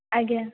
ଆଜ୍ଞା